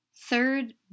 third